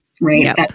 right